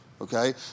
okay